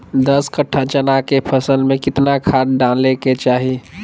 दस कट्ठा चना के फसल में कितना खाद डालें के चाहि?